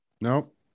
Nope